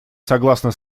согласна